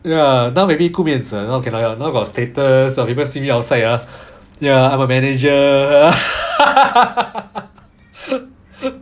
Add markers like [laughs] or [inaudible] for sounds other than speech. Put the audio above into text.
ya now maybe 顾面子那种 cannot lah now got status got people see me outside ah ya I'm a manager [laughs]